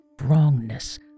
wrongness